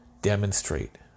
demonstrate